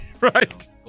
Right